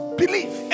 believe